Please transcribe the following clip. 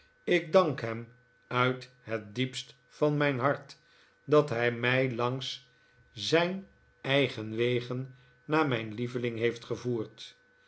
ik dank hem uit het diepst van mijn hart dat hij mij langs zijn eigen wegen naar mijn lieveling heeft gevoerd